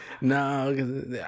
No